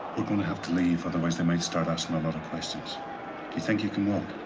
we're going to have to leave. otherwise, they might start us in a lot of questions. do you think you can walk?